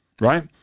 Right